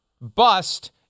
bust